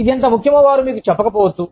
ఇది ఎంత ముఖ్యమో వారు మీకు చెప్పకపోవచ్చు